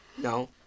No